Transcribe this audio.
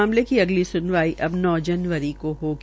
मामले की अगली सुनवाई नौ जनवरी को होगी